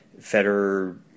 Federer